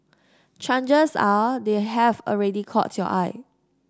chances are they have already caught your eye